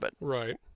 Right